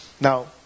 Now